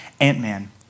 Ant-Man